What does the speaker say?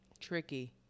Tricky